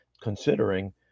considering